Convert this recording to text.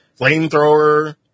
flamethrower